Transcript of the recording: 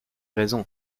raison